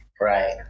Right